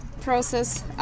process